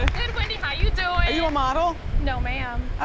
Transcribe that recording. ah good wendy, how you doin'? are you a model? no, ma'am, i